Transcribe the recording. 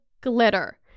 glitter